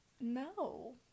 no